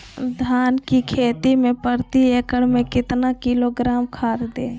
धान की खेती में प्रति एकड़ में कितना किलोग्राम खाद दे?